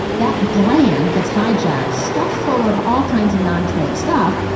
that brand gets hijacked, stuffed full of all kinds of non-trade stuff,